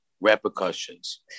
repercussions